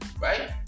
right